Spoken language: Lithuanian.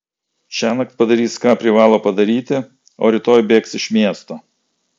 šiąnakt padarys ką privalo padaryti o rytoj bėgs iš miesto